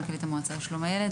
מנכ"לית המועצה לשלום הילד.